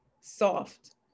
soft